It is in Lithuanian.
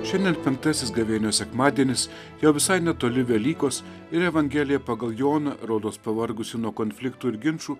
šiandien penktasis gavėnios sekmadienis jau visai netoli velykos ir evangelija pagal joną rodos pavargusi nuo konfliktų ir ginčų